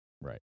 right